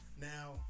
Now